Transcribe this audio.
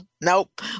nope